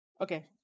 okay